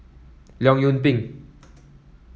Leong Yoon Pin